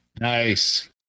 Nice